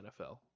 NFL